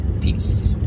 Peace